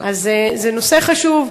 זה נושא חשוב.